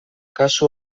kasu